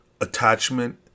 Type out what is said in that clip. attachment